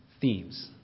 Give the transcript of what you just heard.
themes